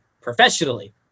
professionally